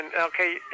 okay